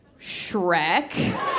Shrek